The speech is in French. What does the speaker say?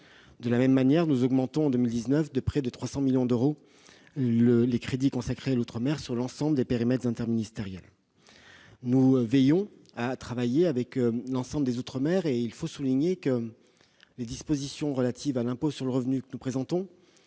De la même manière, nous augmentons de près de 300 millions d'euros, pour 2019, les crédits consacrés à l'outre-mer sur l'ensemble des périmètres interministériels. Nous veillons à travailler avec l'ensemble des outre-mer, et il faut souligner que les dispositions relatives à l'impôt sur le revenu que nous présentons